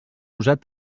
usat